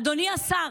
אדוני השר,